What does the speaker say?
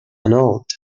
annulled